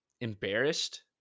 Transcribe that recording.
embarrassed